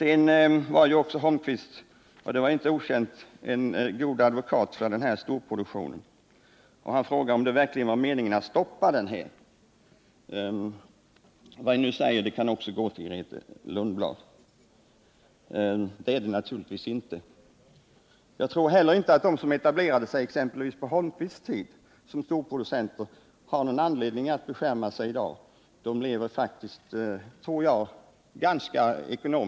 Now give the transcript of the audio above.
Eric Holmqvist var också en god advokat — och det var inte oväntat — för storproduktionen. Han frågade om det verkligen var meningen att stoppa den helt. Det är naturligtvis inte meningen. — Detta svar gäller också Grethe Lundblad. Jag tror inte heller att de som etablerade sig som storproducenter på Eric Holmqvists tid har någon anledning att klaga i dag; de lever faktiskt, tror jag, ekonomiskt ganska gott.